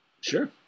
Sure